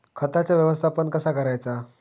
खताचा व्यवस्थापन कसा करायचा?